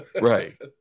Right